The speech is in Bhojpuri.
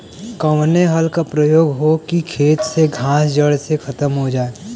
कवने हल क प्रयोग हो कि खेत से घास जड़ से खतम हो जाए?